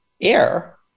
air